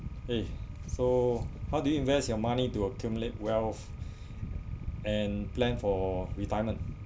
eh so how do you invest your money to accumulate wealth and plan for retirement